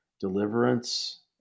Deliverance